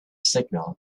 signal